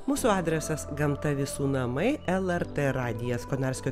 mūsų adresas gamta visų namai lrt radijas konarskio